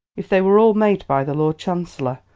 if they were all made by the lord chancellor,